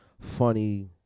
funny